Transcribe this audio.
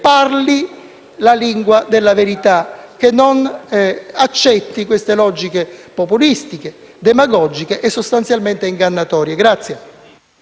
parli la lingua della verità, che non accetti queste logiche populistiche, demagogiche e sostanzialmente ingannatorie.